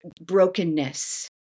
brokenness